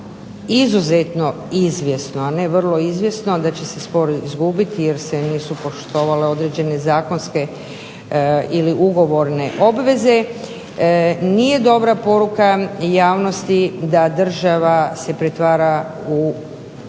izuzetno izvjesno a ne vrlo izvjesno da će se spor izgubiti jer se nisu poštovale određene zakonske ili ugovorne obveze, nije dobra poruka javnosti da država se pretvara u onoga